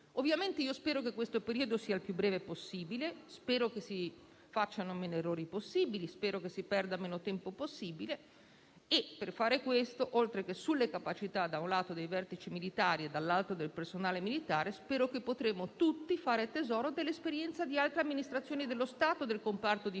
assestamento e spero che sarà il più breve possibile. Spero che si facciano meno errori possibili, che si perda meno tempo possibile e per fare questo, oltre che delle capacità dei vertici e del personale militare, spero potremo tutti fare tesoro dell'esperienza di altre amministrazioni dello Stato del comparto